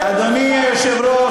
אדוני היושב-ראש,